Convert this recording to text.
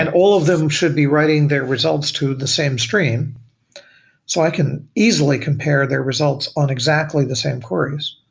and all of them should be writing their results to the same stream so i can easily compare their results on exactly the same queries.